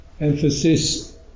emphasis